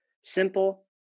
Simple